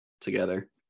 together